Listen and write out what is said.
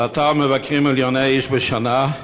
באתר מבקרים מיליוני איש בשנה,